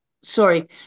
Sorry